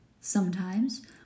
Sometimes